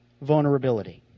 vulnerability